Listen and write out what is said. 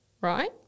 right